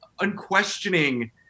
unquestioning